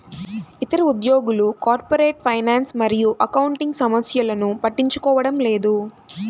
ఇతర ఉద్యోగులు corporate finance మరియు అకౌంటింగ్ సమస్యలను పట్టించుకోవడం లేదు